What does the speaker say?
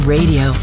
Radio